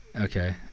Okay